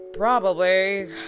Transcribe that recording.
Probably